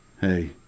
hey